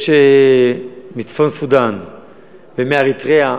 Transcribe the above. מסתננים מצפון-סודאן ומאריתריאה,